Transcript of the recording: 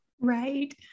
Right